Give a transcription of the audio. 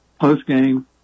post-game